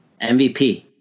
MVP